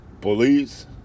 police